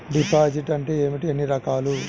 Deposit అంటే ఏమిటీ ఎన్ని రకాలు?